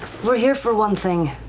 we're here for one thing.